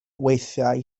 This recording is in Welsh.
weithiau